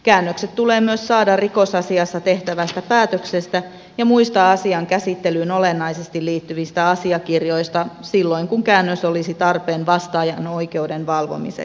käännökset tulee myös saada rikosasiassa tehtävästä päätöksestä ja muista asian käsittelyyn olennaisesti liittyvistä asiakirjoista silloin kun käännös olisi tarpeen vastaajan oikeuden valvomiseksi